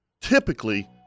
typically